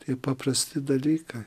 tai paprasti dalykai